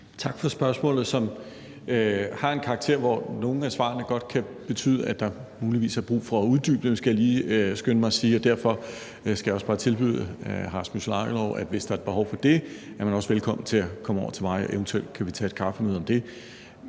Tak for spørgsmålet, som har en karakter, som betyder, at der muligvis er brug for at uddybe nogle af svarene – skal jeg lige skynde mig at sige. Derfor skal jeg også bare tilbyde hr. Rasmus Jarlov, at hvis der er behov for det, er han også velkommen til at komme over til mig. Vi kan eventuelt tage et kaffemøde om det.